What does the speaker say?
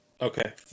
okay